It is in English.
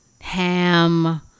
ham